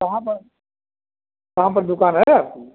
कहाँ पर कहाँ पर दुकान है आपकी